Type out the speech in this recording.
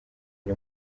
ari